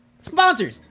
Sponsors